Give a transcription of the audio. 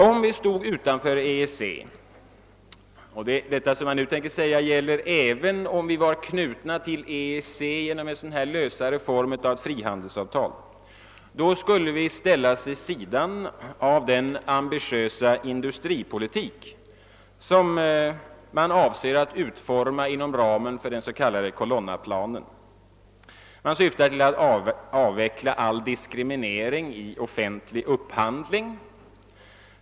Om vi stode utanför EEC — det som jag nu tänker säga gäller även om vi vore knutna till EEC genom en lösare form av frihandelsavtal — skulle vi ställas vid sidan av den ambitiösa industripolitik som EEC avser att utforma inom ramen för den s.k. Colonnaplanen. Man syftar till att avveckla all diskriminering i offentlig upphandling.